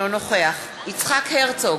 אינו נוכח יצחק הרצוג,